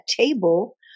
table